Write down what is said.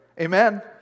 amen